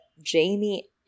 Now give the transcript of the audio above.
Jamie